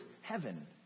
heaven